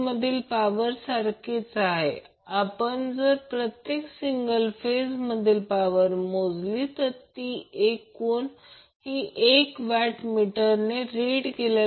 तर अँगल आणि VCN आणि Vcb या गोष्टीच्या दरम्यान हा अँगल 30° आहे जसे Vab आणि VAN 30° आहेत फक्त विरुद्ध Vcb घेतले आहे